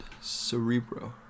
Cerebro